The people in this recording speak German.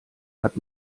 hat